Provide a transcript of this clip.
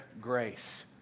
grace